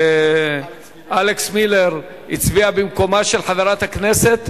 אלכס מילר הצביע במקומה של חברת הכנסת